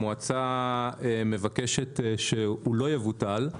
המועצה מבקשת שהוא לא יבוטל,